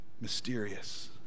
mysterious